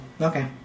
Okay